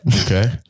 Okay